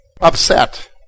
upset